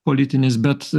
politinis bet